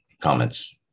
comments